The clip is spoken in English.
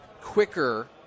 quicker